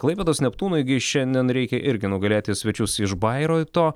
klaipėdos neptūnui gi šiandien reikia irgi nugalėti svečius iš bairoito